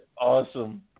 awesome